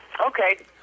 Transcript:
Okay